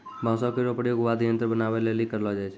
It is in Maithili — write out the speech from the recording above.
बांसो केरो प्रयोग वाद्य यंत्र बनाबए लेलि करलो जाय छै